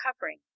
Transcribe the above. covering